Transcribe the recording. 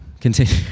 Continue